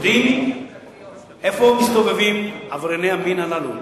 יודעים איפה מסתובבים עברייני המין הללו,